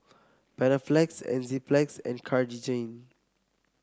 Panaflex Enzyplex and Cartigain